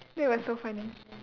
that was so funny